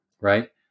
right